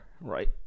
right